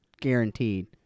guaranteed